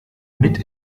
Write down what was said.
mit